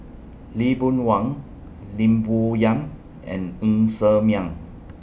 Lee Boon Wang Lim Bo Yam and Ng Ser Miang